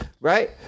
right